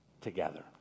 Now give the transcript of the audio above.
together